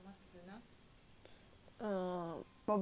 err probably